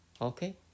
Okay